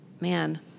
man